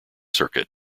circuit